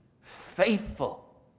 faithful